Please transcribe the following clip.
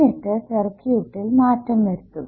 എന്നിട്ട് സർക്യൂട്ടിൽ മാറ്റം വരുത്തും